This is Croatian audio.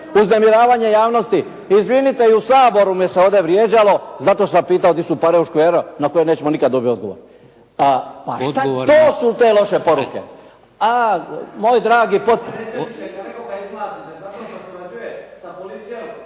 uznemiravanje javnosti. Izvinite, i u Saboru me se ovdje vrijeđalo zato što sam pitao gdje su pare od škvera na koje nećemo nikada dobiti odgovor. To su te loše poruke, a moj dragi